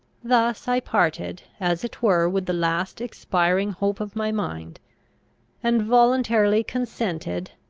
thus i parted as it were with the last expiring hope of my mind and voluntarily consented,